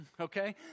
okay